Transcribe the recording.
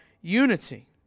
unity